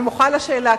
אני מוחה על השאלה,